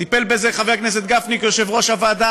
טיפל בזה חבר הכנסת גפני כיושב-ראש הוועדה,